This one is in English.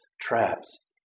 traps